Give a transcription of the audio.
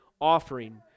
offering